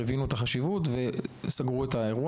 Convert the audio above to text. הם הבינו את החשיבות וסגרו את האירוע,